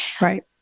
Right